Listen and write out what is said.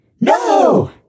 No